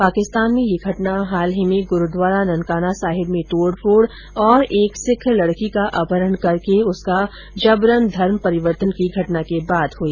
पाकिस्तान में यह घटना हाल ही में गुरूद्वारा ननकाना साहिब में तोड़ फोड़ तथा एक सिख लड़की का अपहरण करके उसका जबरन धर्म परिवर्तन की घटना के बाद हुई